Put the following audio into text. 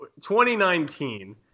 2019